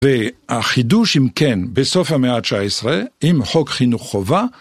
והחידוש אם כן בסוף המאה ה-19 עם חוק חינוך חובה